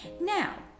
Now